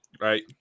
right